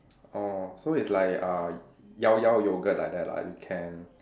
orh so it's like uh Llaollao yogurt like that lah you can